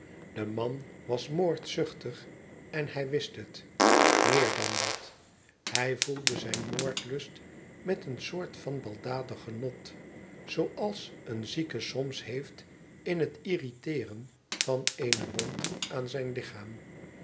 de man was moordzuchtig en hij wist het meer dan dat hij voedde zijn moordlust met een soort van baldadig genot zooals een zieke soms heeft in het irriteeren van eene wond aan zijn lichaam